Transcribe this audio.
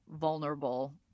vulnerable